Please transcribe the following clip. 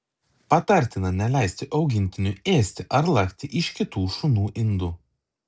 patartina neleisti augintiniui ėsti ar lakti iš kitų šunų indų